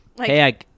Hey